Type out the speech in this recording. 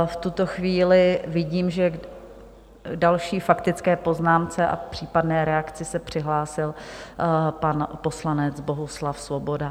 V tuto chvíli vidím, že k další faktické poznámce a k případné reakci se přihlásil pan poslanec Bohuslav Svoboda.